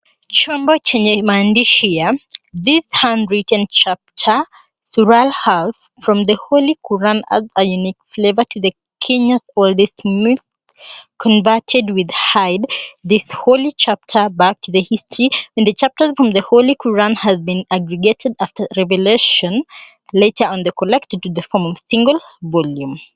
Chombo chenye maandishi ya, "This handwritten chapter, Sura has from the Holy Quran adds a unique flavor to the Kenya's oldest mosque, converted with hide. This whole chapter back the history and the chapters from the Holy Quran has been aggregated after revelation later on the collected to the form of single volume".